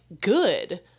good